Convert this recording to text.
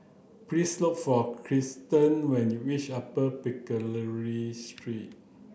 please look for Krysten when you reach Upper Pickering Street